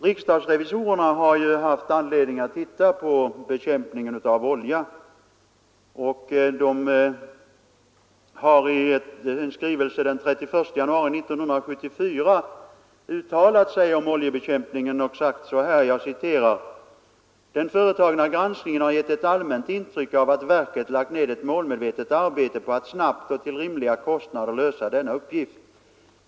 Riksdagsrevisorerna har haft anledning titta på bekämpningen av olja, och de har i en skrivelse den 31 januari 1974 uttalat sig härom: ”Den företagna granskningen har gett ett allmänt intryck av att verket lagt ned ett målmedvetet arbete på att snabbt och till rimliga kostnader lösa denna uppgift.